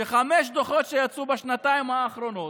שחמישה דוחות שיצאו בשנתיים האחרונות,